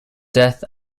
death